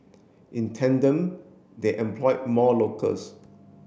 in tandem they employed more locals